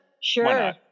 Sure